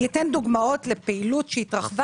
אני אתן דוגמאות לפעילות שהתרחבה